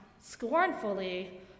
scornfully